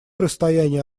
расстояние